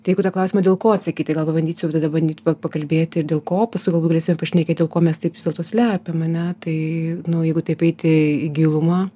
jeigu tą klausimą dėl ko atsakyti gal pabandyt jau tada bandyt pakalbėti ir dėl ko paskui galbūt galėsim pašnekėt dėl ko mes taip vis dėlto slepiam ane tai nu jeigu taip eiti į gilumą